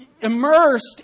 immersed